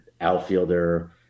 outfielder